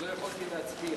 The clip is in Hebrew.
ולא יכולתי להצביע.